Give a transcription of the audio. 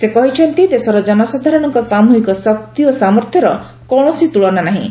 ସେ କହିଛନ୍ତି ଦେଶର ଜନସାଧାରଣଙ୍କ ସାମ୍ବହିକ ଶକ୍ତି ଓ ସାମର୍ଥ୍ୟର କୌଣସି ତୁଳନା ନାହିଁ